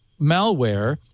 malware